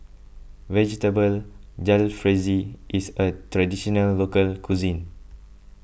Vegetable Jalfrezi is a Traditional Local Cuisine